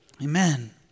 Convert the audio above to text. Amen